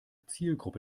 zielgruppe